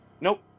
Nope